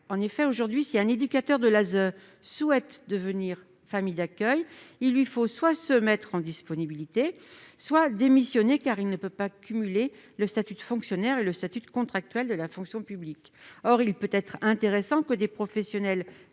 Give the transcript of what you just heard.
Aujourd'hui, si un éducateur de l'ASE souhaite devenir famille d'accueil, il lui faut soit se mettre en disponibilité, soit démissionner, car il ne peut pas cumuler le statut de fonctionnaire et le statut de contractuel de la fonction publique. Or il pourrait être intéressant que des professionnels